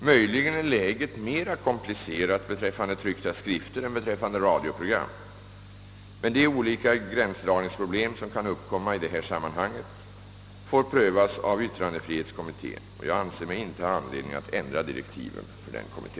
Möjligen är läget mer komplicerat beträffande tryckta skrifter än beträffande radioprogram. De olika gränsdragningsproblem som kan uppkomma i detta sammanhang får prövas av yttrandefrihetskommittén, och jag anser mig inte ha anledning att ändra direktiven för denna kommitté.